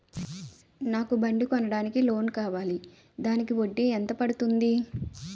నాకు బండి కొనడానికి లోన్ కావాలిదానికి వడ్డీ ఎంత పడుతుంది?